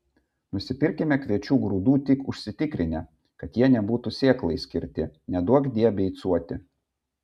nusipirkime kviečių grūdų tik užsitikrinę kad jie nebūtų sėklai skirti neduokdie beicuoti